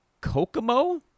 Kokomo